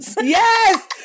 Yes